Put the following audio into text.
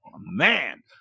Man